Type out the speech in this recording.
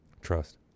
Trust